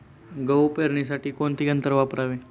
गहू पेरणीसाठी कोणते यंत्र वापरावे?